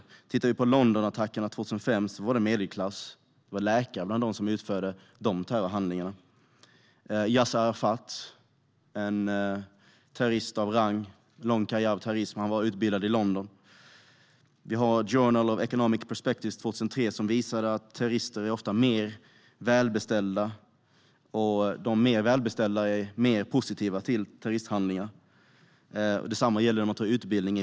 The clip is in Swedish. Londonattackerna 2005 utfördes av personer från medelklassen varav en av dem var läkare. Yasir Arafat var en terrorist av rang. Han hade en lång karriär av terrorism, och han var utbildad i London. The Journal of Economic Perspectives visade 2003 att terrorister ofta är mer välbeställda, och att de mer välbeställda är mer positiva till terroristhandlingar. Detsamma gäller om man beaktar utbildning.